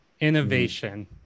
innovation